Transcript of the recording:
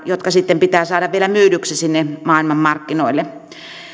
jotka sitten pitää saada vielä myydyksi sinne maailmanmarkkinoille